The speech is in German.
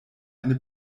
eine